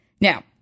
Now